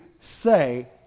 say